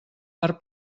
per